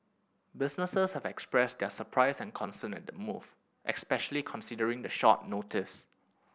businesses have expressed their surprise and concern at the move especially considering the short notice